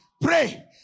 Pray